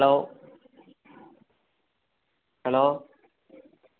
hello hello